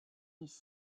一些